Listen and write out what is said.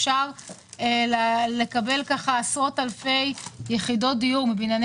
אפשר לקבל עשרות אלפי יחידות דיור מבנייני